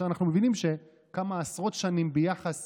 אנחנו מבינים שכמה עשרות שנים ביחס